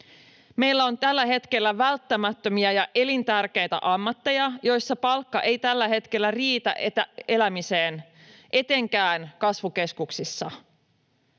Meillä on välttämättömiä ja elintärkeitä ammatteja, joissa palkka ei tällä hetkellä riitä elämiseen etenkään kasvukeskuksissa.